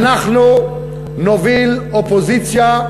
אנחנו נוביל אופוזיציה.